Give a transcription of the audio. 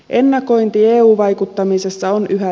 ennakointi eu vaikuttamisessa on yhä